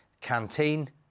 canteen